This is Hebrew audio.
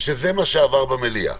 שזה אמצעי אכיפה נוסף שמופיע בחוק הסמכויות.